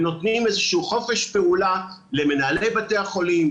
הם נותנים איזה שהוא חופש פעולה למנהלי בתי החולים,